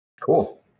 Cool